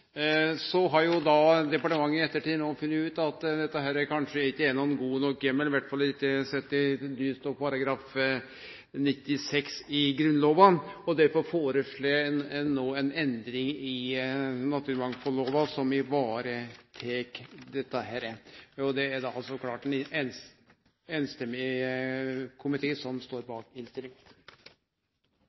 Så har jo da departementet i ettertid funne ut at dette kanskje ikkje er ein god nok heimel, i alle fall ikkje sett i lys av § 96 i Grunnlova. Derfor foreslår ein no ei endring i naturmangfaldlova som vil vareta dette. Det er da klart at ein samrøystes komité står bak innstillinga.